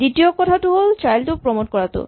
দ্বিতীয় কথাটো হ'ল চাইল্ড টো প্ৰমট কৰাটো